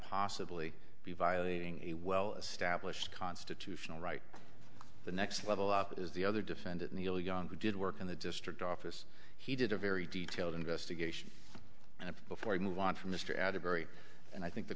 possibly be violating a well established constitutional right the next level up is the other defendant neil young who did work in the district office he did a very detailed investigation and before i move on from mr adie barry and i think the